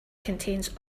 contains